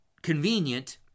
convenient